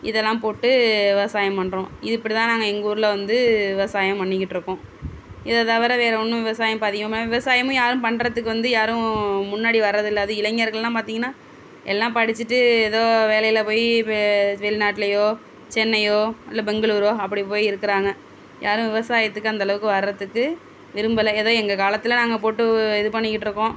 இதெல்லாம் போட்டு விவசாயம் பண்ணுறோம் இது இப்படி தான் நாங்கள் எங்கள் ஊரில் வந்து விவசாயம் பண்ணிக்கிட்டிருக்கோம் இதை தவிர வேறு ஒன்றும் விவசாயம் இப்போ அதிகமாக விவசாயமும் யாரும் பண்ணுறத்துக்கு வந்து யாரும் முன்னாடி வரதில்லை அதுவும் இளைஞர்களெலாம் பார்த்திங்கனா எல்லாம் படிச்சுட்டு ஏதோ வேலையில் போய் பெ வெளிநாட்டிலயோ சென்னையோ இல்லை பெங்களூரோ அப்படி போய் இருக்கிறாங்க யாரும் விவசாயத்துக்கு அந்த அளவுக்கு வரத்துக்கு விரும்பலை ஏதோ எங்கள் காலத்தில் நாங்கள் போட்டு இது பண்ணிக்கிட்டிருக்கோம்